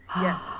Yes